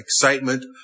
excitement